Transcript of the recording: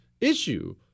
issue